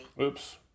Oops